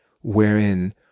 wherein